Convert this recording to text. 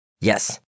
Yes